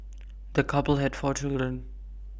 the couple had four children